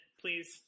please